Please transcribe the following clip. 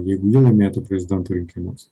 jeigu ji laimėtų prezidento rinkimus